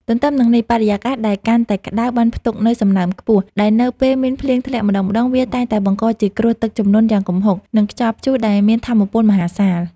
ទន្ទឹមនឹងនេះ បរិយាកាសដែលកាន់តែក្ដៅបានផ្ទុកនូវសំណើមខ្ពស់ ដែលនៅពេលមានភ្លៀងធ្លាក់ម្ដងៗ វាតែងតែបង្កជាគ្រោះទឹកជំនន់យ៉ាងគំហុក និងខ្យល់ព្យុះដែលមានថាមពលមហាសាល។